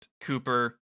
Cooper